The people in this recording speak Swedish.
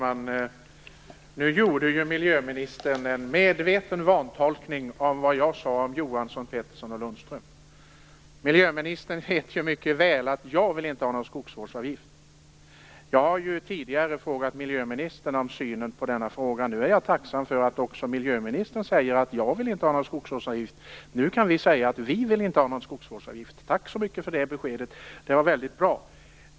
Herr talman! Nu gjorde miljöministern en medveten vantolkning av vad jag sade om Johansson, Pettersson och Lundström. Miljöministern vet mycket väl att jag inte vill ha någon skogsvårdsavgift. Jag har tidigare frågat miljöministern om synen på denna fråga. Jag är tacksam för att också miljöministern nu säger att hon inte vill ha någon skogsvårdsavgift. Nu kan vi säga: Vi vill inte ha någon skogsvårdsavgift. Tack så mycket för det beskedet! Det var väldigt bra!